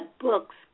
books